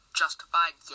justified